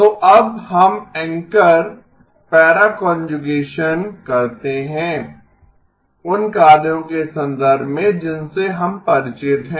तो अब हम एंकर पैरा कांजुगेसन करते हैं उन कार्यों के संदर्भ में जिनसे हम परिचित हैं